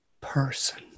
person